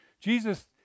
Jesus